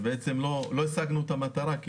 לא השגנו את המטרה.